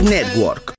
Network